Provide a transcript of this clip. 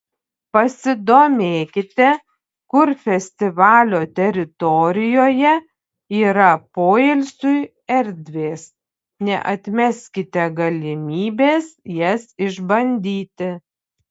pasidomėkite kur festivalio teritorijoje yra poilsiui erdvės neatmeskite galimybės jas išbandyti